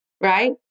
right